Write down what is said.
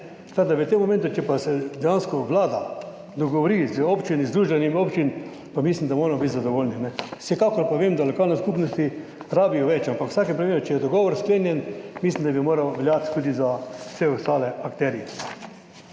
da v tem momentu, če pa se dejansko vlada dogovori z občinami, z Združenjem občin, pa mislim, da moramo biti zadovoljni. Vsekakor pa vem, da lokalne skupnosti rabijo več, ampak v vsakem primeru, če je dogovor sklenjen, mislim, da bi moral veljati tudi za vse ostale akterje.